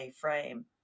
frame